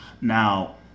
Now